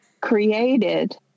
created